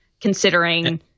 considering